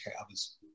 others